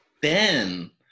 Ben